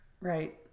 Right